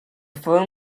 firm